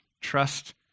Trust